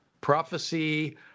prophecy